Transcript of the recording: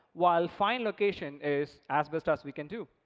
while fine location is as best as we can do.